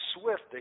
swift